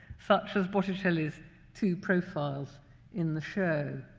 such as botticelli's two profiles in the show